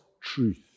truth